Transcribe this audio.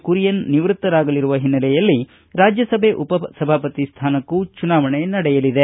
ಕುರಿಯನ್ ನಿವೃತ್ತರಾಗಲಿರುವ ಹಿನ್ನೆಲೆಯಲ್ಲಿ ರಾಜ್ಯಸಭೆ ಉಪಸಭಾಪತಿ ಸ್ಥಾನಕ್ಕೂ ಚುನಾವಣೆ ನಡೆಯಲಿದೆ